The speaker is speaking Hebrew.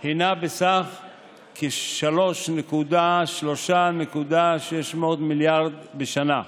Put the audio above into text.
היא בסכום של כ-3.6 מיליארד שקל בשנה,